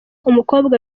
umukobwa